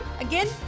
Again